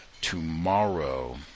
tomorrow